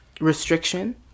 restriction